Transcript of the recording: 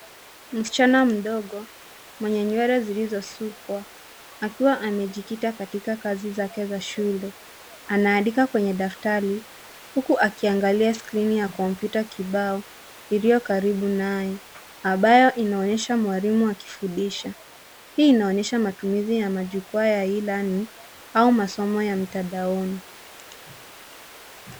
Msichana mdogo mwenye nywele zilizosukwa akiwa amejikita katika kazi zake za shule. Anaandika kwenye daftari huku akiangalia skrini ya kompyuta kibao iliyo karibu naye ambayo inaonyesha mwalimu akifundisha . Hii inaonyesha matumizi ya majukwaa ya e-learning au masomo ya mtandaoni.